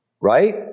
Right